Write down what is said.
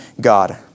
God